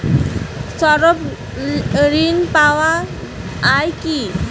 স্বল্প ঋণ পাওয়া য়ায় কি?